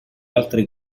altre